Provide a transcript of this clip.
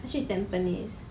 他去 tampines